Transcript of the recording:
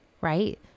right